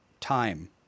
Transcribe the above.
time